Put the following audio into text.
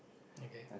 okay